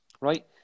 right